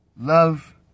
Love